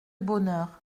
bonheur